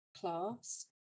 class